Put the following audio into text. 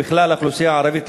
או בכלל את האוכלוסייה הערבית,